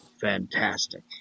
fantastic